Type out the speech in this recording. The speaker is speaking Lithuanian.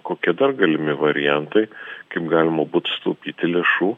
kokie dar galimi variantai kaip galima būtų sutaupyti lėšų